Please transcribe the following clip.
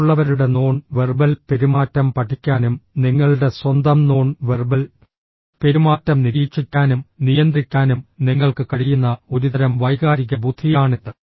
മറ്റുള്ളവരുടെ non verbal പെരുമാറ്റം പഠിക്കാനും നിങ്ങളുടെ സ്വന്തം നോൺ വെർബൽ പെരുമാറ്റം നിരീക്ഷിക്കാനും നിയന്ത്രിക്കാനും നിങ്ങൾക്ക് കഴിയുന്ന ഒരുതരം വൈകാരിക ബുദ്ധിയാണിത്